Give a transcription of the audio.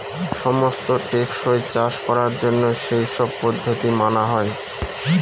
সমস্ত টেকসই চাষ করার জন্য সেই সব পদ্ধতি মানা হয়